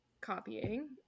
copying